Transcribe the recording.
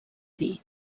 dir